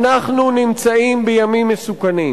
אנחנו נמצאים בימים מסוכנים,